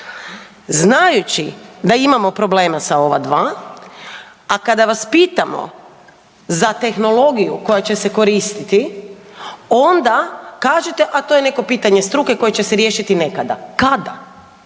znajući da imamo problema sa ova dva, a kada vas pitamo za tehnologiju koja će se koristiti onda kažete, a to je neko pitanje struke koje će riješiti nekada. Kada?